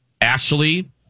Ashley